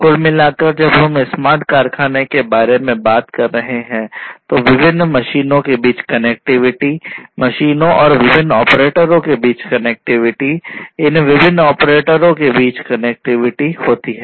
कुल मिलाकर जब हम स्मार्ट कारखानों के बारे में बात कर रहे हैं तो विभिन्न मशीनों के बीच कनेक्टिविटी है